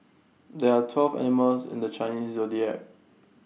there are twelve animals in the Chinese Zodiac